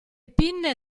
pinne